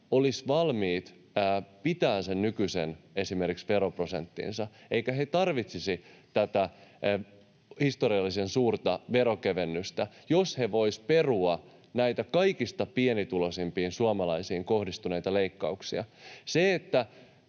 olisivat valmiit pitämään esimerkiksi sen nykyisen veroprosenttinsa, eivätkä he tarvitsisi tätä historiallisen suurta veronkevennystä, jos he voisivat perua näitä kaikista pienituloisimpiin suomalaisiin kohdistuneita leikkauksia.